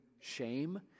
shame